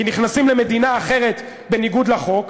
כי נכנסים למדינה אחרת בניגוד לחוק,